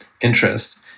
interest